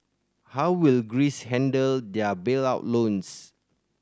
how will Greece handle their bailout loans